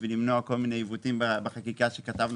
בשביל למנוע כל מיני עיוותים בחקיקה שכתבנו